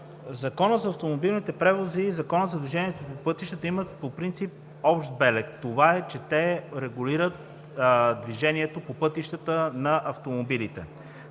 Законът за автомобилните превози и Законът за движението по пътищата имат по принцип общ белег – това е, че те регулират движението на автомобилите